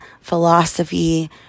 philosophy